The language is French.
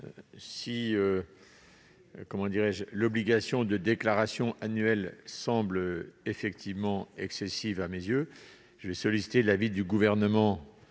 Si l'obligation de déclaration annuelle semble effectivement excessive à mes yeux, je solliciterai tout de même l'avis du Gouvernement